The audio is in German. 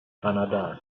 kanadas